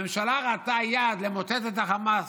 הממשלה ראתה יעד למוטט את החמאס.